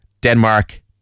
Denmark